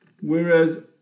Whereas